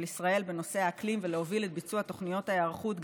ישראל בנושא האקלים ולהוביל את ביצוע תוכניות ההיערכות,